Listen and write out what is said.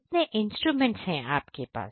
कितने इंस्ट्रूमेंट्स है आपके पास